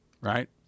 Right